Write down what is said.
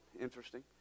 Interesting